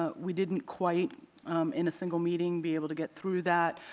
ah we didn't quite in a single meeting be able to get through that,